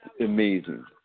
amazing